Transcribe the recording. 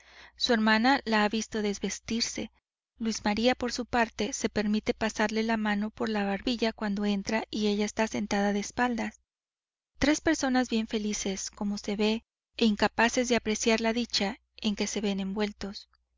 su hermana la ha visto desvestirse luis maría por su parte se permite pasarle la mano por la barbilla cuando entra y ella está sentada de espaldas tres personas bien felices como se ve e incapaces de apreciar la dicha en que se ven envueltos